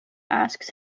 asks